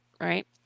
Right